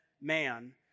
man